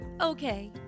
Okay